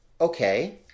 Okay